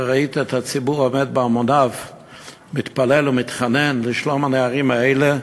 וראית את הציבור עומד בהמוניו מתפלל ומתחנן לשלום הנערים האלה,